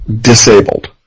disabled